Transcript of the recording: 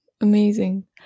Amazing